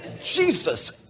Jesus